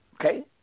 Okay